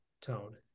tone